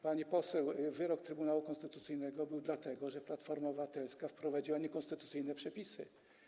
Pani poseł, wyrok Trybunału Konstytucyjnego był w związku z tym, że Platforma Obywatelska wprowadziła niekonstytucyjne przepisy.